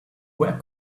where